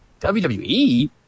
WWE